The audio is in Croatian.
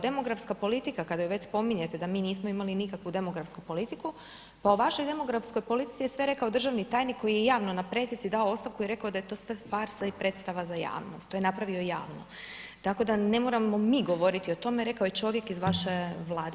Demografska politika kada ju već spominjete da mi nismo imali nikakvu demografsku politiku, pa o vašoj demografskoj politici je sve rekao državni tajnik koji je javno na presici dao ostavku i rekao da je to sve farsa i predstava za javnost, to je napravio javno, tako da ne moramo mi govoriti o tome, rekao je čovjek iz vaše Vlade.